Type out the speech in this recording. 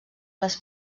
les